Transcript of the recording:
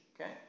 Okay